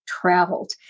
traveled